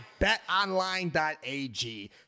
betonline.ag